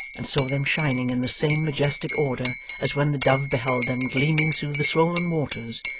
and saw them shining in the same majestic order as when the dove beheld them gleaming through the swollen waters,